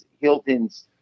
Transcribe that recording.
Hilton's